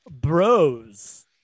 bros